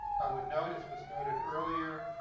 i would note, as was noted earlier,